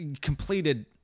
completed